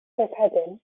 trefhedyn